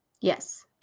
Yes